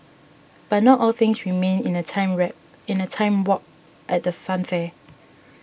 but not all things remain in a time rap in a time warp at the funfair